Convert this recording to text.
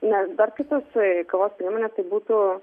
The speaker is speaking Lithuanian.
nes dar kitos kovos priemonės tai būtų